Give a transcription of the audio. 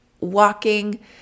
walking